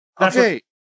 Okay